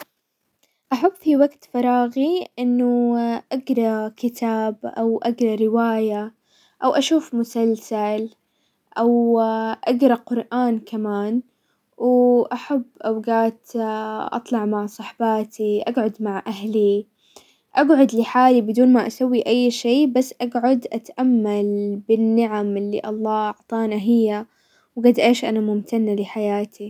احب في وقت فراغي انه اقرا كتاب، او اقرا رواية، او اشوف مسلسل، او اقرا قرآن كمان، واحب اوقات اطلع مع صحباتي، اقعد مع اهلي، اقعد لحالي بدون ما اسوي اي شي، بس اقعد اتأمل بالنعم اللي الله اعطانا اياها وقد ايش انا ممتنة لحياتي.